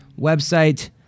website